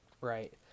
right